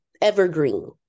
Evergreen